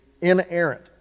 inerrant